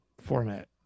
format